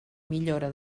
millora